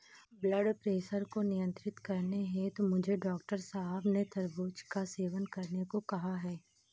blood pressure को नियंत्रित करने हेतु मुझे डॉक्टर साहब ने तरबूज का सेवन करने को कहा है